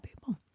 People